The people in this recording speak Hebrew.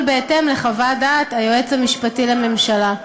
בהתאם לחוות דעת היועץ המשפטי לממשלה.